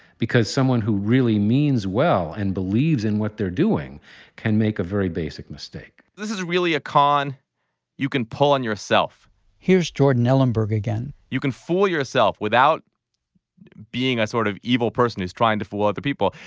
because someone who really means well and believes in what they're doing can make a very basic mistake. jordan ellenberg this is really a con you can pull on yourself here's jordan ellenberg again you can fool yourself without being a sort of evil person who is trying to fool other people.